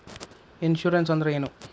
Insurance ಅಂದ್ರ ಏನು?